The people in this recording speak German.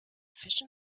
fischen